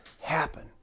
happen